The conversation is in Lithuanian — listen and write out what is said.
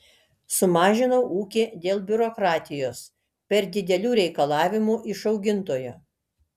sumažinau ūkį dėl biurokratijos per didelių reikalavimų iš augintojo